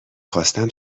خواستم